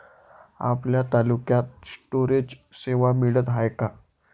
आपल्या तालुक्यात स्टोरेज सेवा मिळत हाये का?